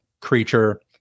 creature